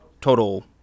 total